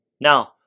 Now